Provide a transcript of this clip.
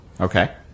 Okay